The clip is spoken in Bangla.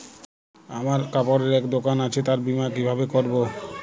আমার কাপড়ের এক দোকান আছে তার বীমা কিভাবে করবো?